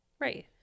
Right